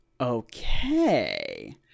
Okay